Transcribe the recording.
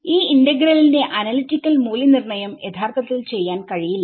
ഈ ഇന്റഗ്രലിന്റെ അനലിറ്റിക്കൽ മൂല്യനിർണ്ണയം യഥാർത്ഥത്തിൽ ചെയ്യാൻ കഴിയില്ല